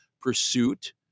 pursuit